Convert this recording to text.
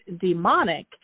demonic